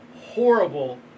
horrible